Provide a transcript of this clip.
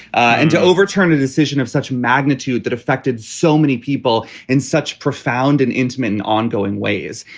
and to overturn the decision of such magnitude that affected so many people in such profound and intimate and ongoing ways.